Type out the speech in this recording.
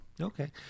Okay